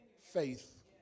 faith